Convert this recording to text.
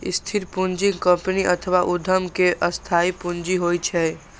स्थिर पूंजी कंपनी अथवा उद्यम के स्थायी पूंजी होइ छै